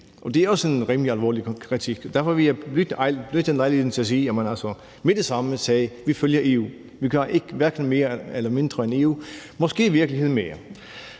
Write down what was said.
det er også en rimelig alvorlig kritik. Derfor vil jeg benytte lejligheden til at sige, at vi med det samme sagde, at vi følger EU. Vi gør hverken mere eller mindre end EU, måske i virkeligheden mere.